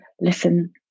listen